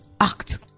act